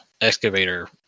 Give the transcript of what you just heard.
excavator